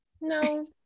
no